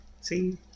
See